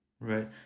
right